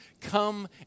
come